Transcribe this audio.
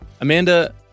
Amanda